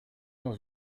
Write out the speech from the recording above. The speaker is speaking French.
dans